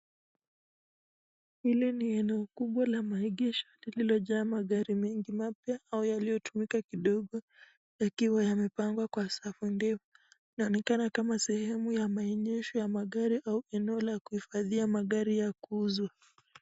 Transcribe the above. Hili ni eneo kubwa la maegesho lililo jaa magari mapya ama yaliyotumika kidogo yakiwa yamepangwa kwa safu ndefu. Inaonekana kama sehemu ya maegesho ya magari au eneo la kuhifadhia magari ya kuuza.